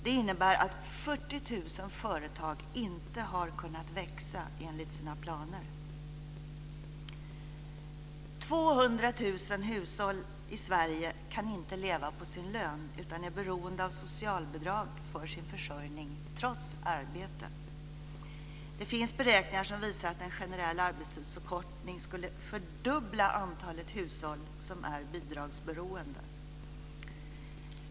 Detta innebär att 40 000 företag inte har kunnat växa enligt sina planer. 200 000 hushåll i Sverige kan inte leva på sin lön utan är beroende av socialbidrag för sin försörjning trots arbete. Det finns beräkningar som visar att en generell arbetstidsförkortning skulle fördubbla antalet hushåll som är bidragsberoende.